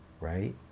right